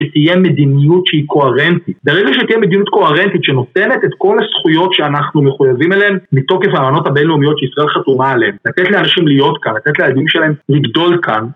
ותהיה מדיניות שהיא קוהרנטית ברגע שתהיה מדיניות קוהרנטית שנותנת את כל הזכויות שאנחנו מחויבים אליהן מתוקף האמנות הבינלאומיות שישראל חתומה עליהן לתת לאנשים להיות כאן נתת לילדים שלהם לגדול כאן